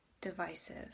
divisive